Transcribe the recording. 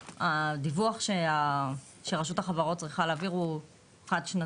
הדיווח שרשות החברות צריכה להעביר הוא חד-שנתי.